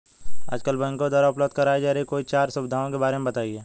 आजकल बैंकों द्वारा उपलब्ध कराई जा रही कोई चार सुविधाओं के बारे में बताइए?